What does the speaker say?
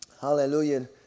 Hallelujah